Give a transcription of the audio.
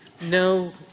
No